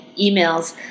emails